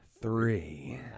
three